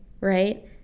right